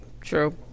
True